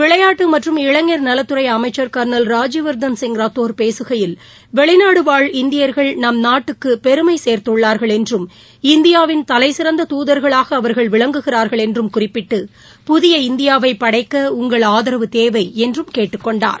விளையாட்டு மற்றும் இளைஞர் நலத்துறை அமைச்சர் கர்னல் ராஜ்யவர்தன் சிங் ரத்தோர் பேசுகையில் வெளிநாடு வாழ் இந்தியர்கள் நம் நாட்டுக்குப் பெருமை சேர்த்துள்ளா்கள் என்றும் இந்தியாவின் தலைசிறந்த தூதர்களாக அவர்கள்விளங்குகிறார்கள் என்றும் குறிப்பிட்டு புதிய இந்தியாவை பனடக்க உங்கள் ஆதரவு தேவை என்று கேட்டுக்கொண்டார்